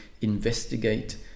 investigate